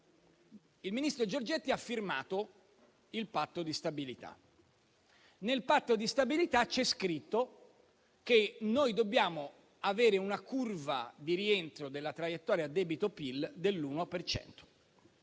Il ministro Giorgetti ha firmato il Patto di stabilità, nel quale c'è scritto che dobbiamo avere una curva di rientro della traiettoria debito-PIL dell'uno